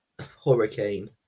Hurricane